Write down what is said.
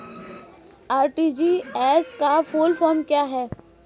RTGS का full form क्या है?